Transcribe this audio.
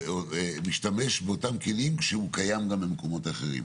ומשתמש באותם כלים כשהוא קיים גם במקומות אחרים.